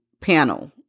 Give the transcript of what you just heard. panel